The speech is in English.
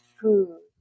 food